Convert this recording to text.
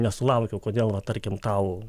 nesulaukiau kodėl va tarkim tau